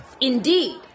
Indeed